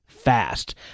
fast